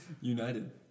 United